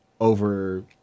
over